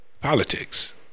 politics